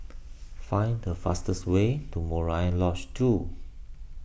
find the fastest way to Murai Lodge two